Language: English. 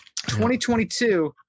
2022